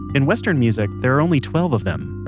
in western music, there are only twelve of them.